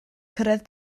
cyrraedd